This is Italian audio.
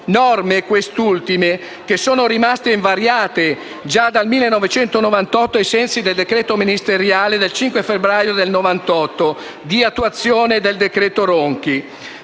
queste ultime, rimaste invariate già dal 1998, ai sensi del decreto ministeriale del 5 febbraio 1998 di attuazione del decreto Ronchi.